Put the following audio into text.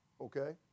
Okay